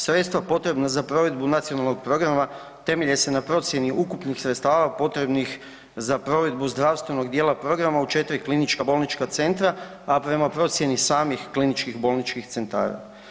Sredstva potrebna za provedbu nacionalnog programa temelje se na procjeni ukupnih sredstava potrebnih za provedbu zdravstvenog dijela programa u 4 klinička bolnička centra, a prema procjeni samih kliničkih bolničkih centara.